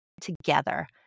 together